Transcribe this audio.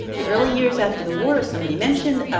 the early years after the war, somebody mentioned,